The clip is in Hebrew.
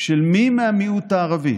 של מי מהמיעוט הערבי